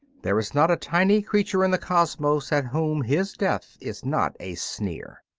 there is not a tiny creature in the cosmos at whom his death is not a sneer.